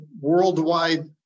worldwide